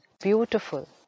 Beautiful